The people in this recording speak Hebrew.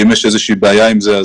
אם יש איזושהי בעיה עם זה,